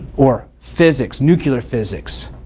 or physics, nuclear physics,